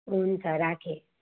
हुन्छ राखेँ